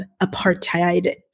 apartheid